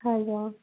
hello